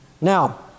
Now